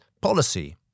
policy